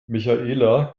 michaela